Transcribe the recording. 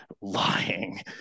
lying